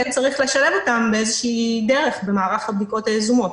כן צריך לשלב אותם באיזו שהיא דרך במערך הבדיקות היזומות,